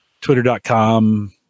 twitter.com